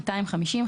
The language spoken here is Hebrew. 250,